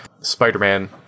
Spider-Man